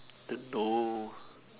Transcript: don't know